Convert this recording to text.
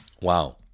wow